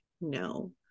no